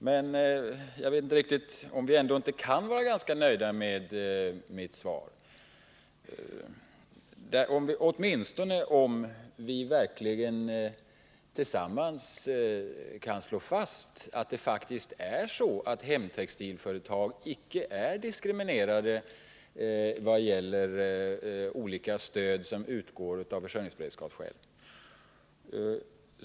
Men jag undrar om vi ändå inte kan vara ganska nöjda med mitt svar — åtminstone om vi tillsammans verkligen kan slå fast att hemtextilföretag icke är diskriminerade vad gäller olika stöd som utgår av försörjningsberedskapsskäl.